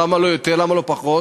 למה לא יותר, למה לא פחות?